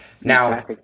Now